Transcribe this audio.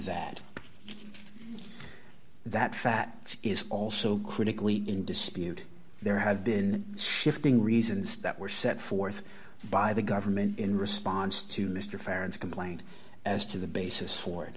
that that fact is also critically in dispute there have been shifting reasons that were set forth by the government in response to mr ferrand's complaint as to the basis for it